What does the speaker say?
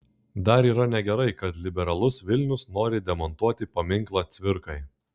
dar yra negerai kad liberalus vilnius nori demontuoti paminklą cvirkai